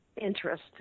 interest